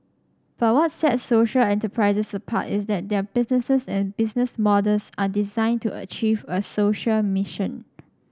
but what sets social enterprises apart is that their businesses and business models are designed to achieve a social mission